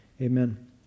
amen